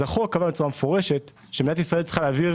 החוק קבע מפורשות שמדינת ישראל צריכה להעביר